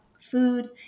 food